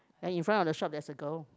and in front of the shop there's a girl